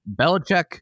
Belichick